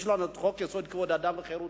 יש לנו חוק-יסוד: כבוד האדם וחירותו.